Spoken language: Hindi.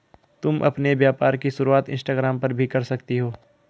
तुम अपने व्यापार की शुरुआत इंस्टाग्राम पर भी कर सकती हो